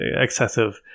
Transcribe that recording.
excessive